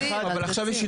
זה כלי מקובל.